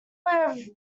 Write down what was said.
way